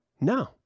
no